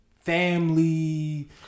family